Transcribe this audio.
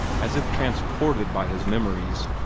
as if transported by his memories.